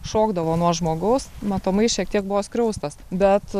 šokdavo nuo žmogaus matomai šiek tiek buvo skriaustas bet